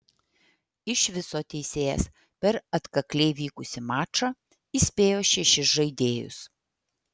iš viso teisėjas per atkakliai vykusį mačą įspėjo šešis žaidėjus